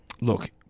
Look